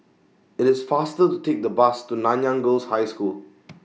IT IS faster to Take The Bus to Nanyang Girls' High School